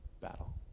battle